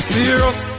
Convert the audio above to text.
Serious